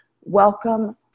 Welcome